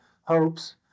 hopes